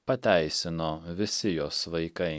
pateisino visi jos vaikai